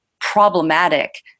problematic